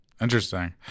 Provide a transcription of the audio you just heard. interesting